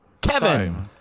Kevin